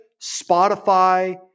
Spotify